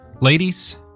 Ladies